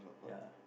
ya